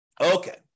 Okay